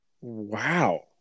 Wow